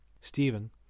Stephen